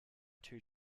two